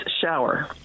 shower